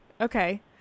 Okay